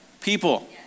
people